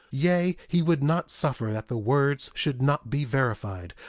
yea, he would not suffer that the words should not be verified,